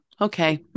Okay